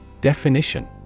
Definition